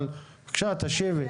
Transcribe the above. אבל בבקשה תשיבי.